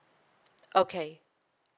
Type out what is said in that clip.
okay